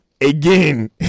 again